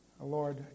Lord